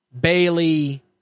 Bailey